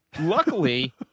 Luckily